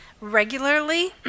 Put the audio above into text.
regularly